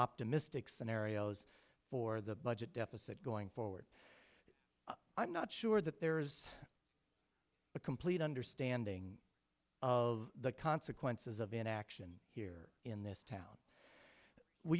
optimistic scenarios for the budget deficit going forward i'm not sure that there's a complete understanding of the consequences of inaction here in this town